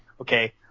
Okay